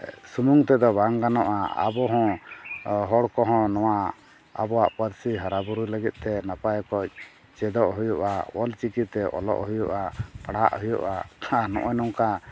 ᱥᱩᱢᱩᱝ ᱛᱮᱫᱚ ᱵᱟᱝ ᱜᱟᱱᱚᱜᱼᱟ ᱟᱵᱚᱦᱚᱸ ᱦᱚᱲ ᱠᱚᱦᱚᱸ ᱱᱚᱣᱟ ᱟᱵᱚᱣᱟᱜ ᱯᱟᱹᱨᱥᱤ ᱦᱟᱨᱟ ᱵᱩᱨᱩᱭ ᱞᱟᱹᱜᱤᱫᱛᱮ ᱱᱟᱯᱟᱭ ᱚᱠᱚᱡᱽ ᱪᱮᱫᱚᱜ ᱦᱩᱭᱩᱜᱼᱟ ᱚᱞᱪᱤᱠᱤᱛᱮ ᱚᱞᱚᱜ ᱦᱩᱭᱩᱜᱼᱟ ᱯᱟᱲᱦᱟᱜ ᱦᱩᱭᱩᱜᱼᱟ ᱟᱨ ᱱᱚᱜᱼᱚᱭ ᱱᱚᱝᱠᱟ